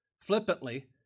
flippantly